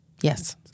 Yes